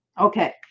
Okay